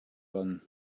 run